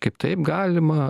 kaip taip galima